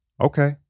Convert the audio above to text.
okay